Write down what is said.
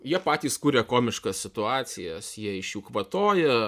jie patys kuria komiškas situacijas jie iš jų kvatoja